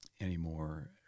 anymore